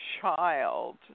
child